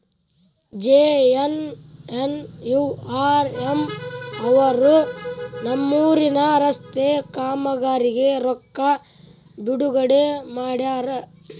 JNNURM ಅವರು ನಮ್ಮೂರಿನ ರಸ್ತೆ ಕಾಮಗಾರಿಗೆ ರೊಕ್ಕಾ ಬಿಡುಗಡೆ ಮಾಡ್ಯಾರ